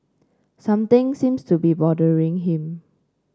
something seems to be bothering him